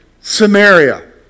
Samaria